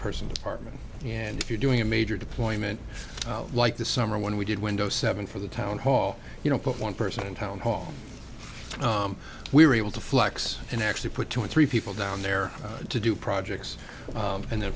person partner and if you're doing a major deployment like this summer when we did windows seven for the town hall you know one person in town hall we were able to flex and actually put two or three people down there to do projects and then